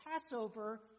Passover